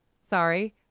sorry –